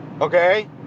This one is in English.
Okay